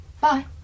Bye